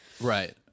right